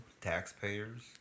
taxpayers